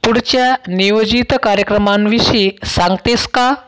पुढच्या नियोजित कार्यक्रमांविषयी सांगतेस का